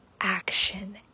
action